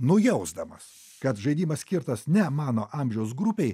nujausdamas kad žaidimas skirtas ne mano amžiaus grupei